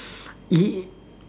he